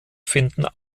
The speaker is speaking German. finden